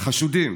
חשודים